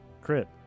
crit